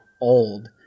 old